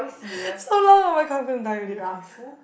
so long [oh]-my-god want to die already okay